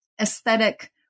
aesthetic